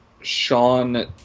Sean